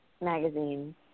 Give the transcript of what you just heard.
magazine